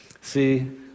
See